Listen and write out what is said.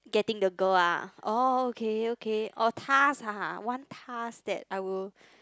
getting the girl ah orh okay okay oh task ah one task that I will